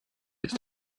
ist